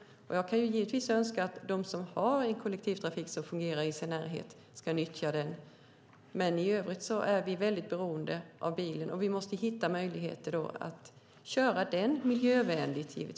Jag kan givetvis önska att de som har en fungerande kollektivtrafik i sin närhet ska nyttja den, men många är väldigt beroende av bilen, och vi måste hitta möjligheter att köra den miljövänligt.